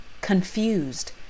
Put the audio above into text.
Confused